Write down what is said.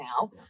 now